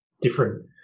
different